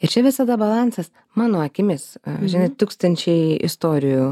ir čia visada balansas mano akimis žinai tūkstančiai istorijų